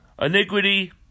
Iniquity